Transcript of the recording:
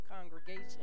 congregation